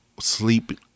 sleep